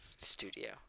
studio